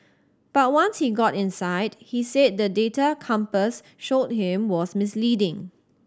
but once he got inside he said the data Compass showed him was misleading